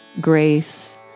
grace